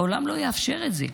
העולם לא יאפשר את זה.